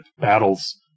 battles